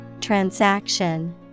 Transaction